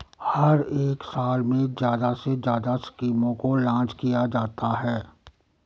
हर एक साल में ज्यादा से ज्यादा स्कीमों को लान्च किया जाता है